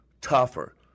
tougher